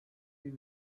you